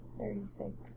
thirty-six